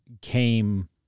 came